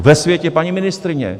Ve světě paní ministryně.